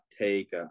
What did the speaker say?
take